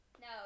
No